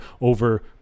over